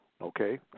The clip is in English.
Okay